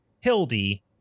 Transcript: Hildy